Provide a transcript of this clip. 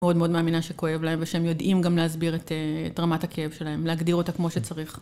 מאד מאוד מאמינה שכואב להם, ושהם יודעים גם להסביר את אה... את רמת הכאב שלהם, להגדיר אותה כמו שצריך.